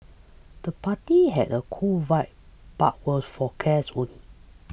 the party had a cool vibe but was for guests only